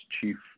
chief